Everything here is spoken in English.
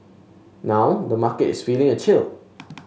now the market is feeling a chill